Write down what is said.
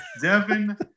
Devin